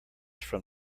from